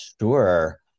Sure